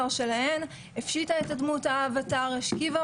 זה באמת דברים שאנחנו בתור ילדים ונוער